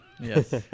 Yes